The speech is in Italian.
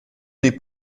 dei